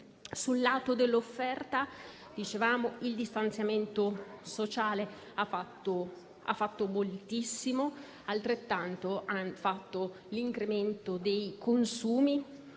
Sul lato dell'offerta, il distanziamento sociale ha fatto moltissimo; altrettanto ha fatto l'incremento dei consumi,